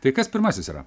tai kas pirmasis yra